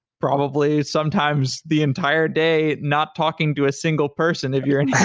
probably sometimes the entire day not talking to a single person if you're and yeah